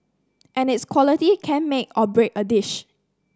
and its quality can make or break a dish